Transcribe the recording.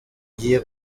ngiye